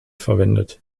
verwendet